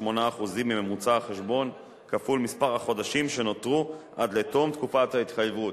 8% מממוצע החשבון כפול מספר החודשים שנותרו עד לתום תקופת ההתחייבות,